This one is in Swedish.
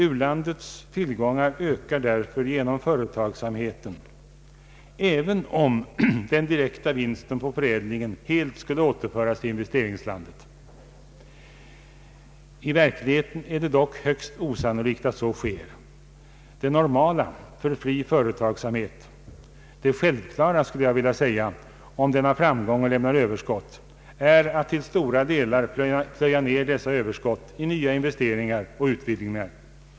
U-landets tillgångar ökar därför genom företagsamheten, även om den direkta vinsten på förädlingen helt skulle återföras till investeringslandet. I verkligheten är det dock högst osannolikt att så sker. Det normala för fri företagsamhet — det självklara, skulle jag vilja säga — om den har framgång och lämnar överskott är att till stora delar plöja ner dessa överskott i nya investeringar och utvidgningar.